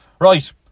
right